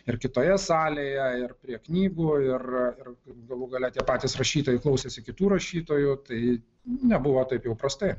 ir kitoje salėje ir prie knygų ir ir galų gale tie patys rašytojai klausėsi kitų rašytojų tai nebuvo taip jau prastai